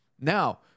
Now